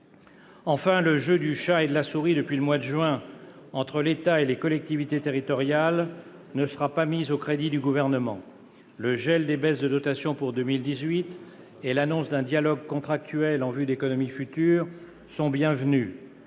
Enfin, le jeu du chat et de la souris depuis le mois de juin entre l'État et les collectivités territoriales ne sera pas mis au crédit du Gouvernement. Le gel des baisses de dotations pour 2018 et l'annonce d'un dialogue contractuel en vue d'économies futures sont bienvenues,